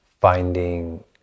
finding